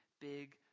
big